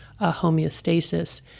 homeostasis